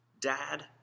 Dad